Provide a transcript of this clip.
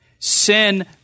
Sin